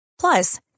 Plus